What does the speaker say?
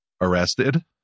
arrested